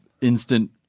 instant